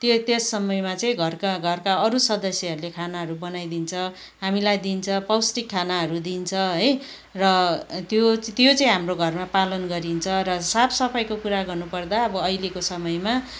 त्यो त्यस समयमा चाहिँ घरका घरका अरू सदस्यहरूले खानाहरू बनाइदिन्छ हामीलाई दिन्छ पौष्टिक खानाहरू दिन्छ है र त्यो त्यो चाहिँ हाम्रो घरमा पालन गरिन्छ र साफ सफाईको कुरा गर्नु पर्दा अब अहिलेको समयमा